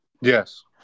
Yes